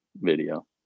video